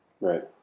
right